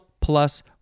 plus